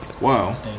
wow